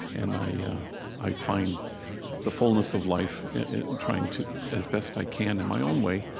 and yeah i find the fullness of life in trying to, as best i can, in my own way,